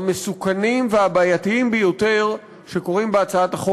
המסוכנים והבעייתיים ביותר שקורים בהצעת החוק